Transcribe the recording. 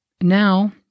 Now